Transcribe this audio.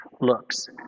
looks